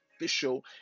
official